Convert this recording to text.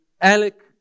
Alec